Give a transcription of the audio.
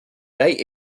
they